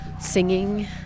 singing